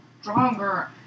stronger